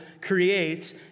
creates